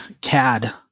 CAD